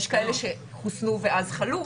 יש כאלה שחוסנו ואז חלו.